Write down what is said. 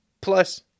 Plus